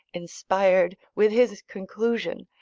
inspired, with his conclusion,